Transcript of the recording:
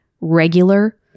regular